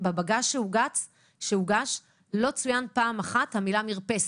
בבג"ץ שהוגש לא צוינה פעם אחת המילה מרפסת.